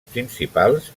principals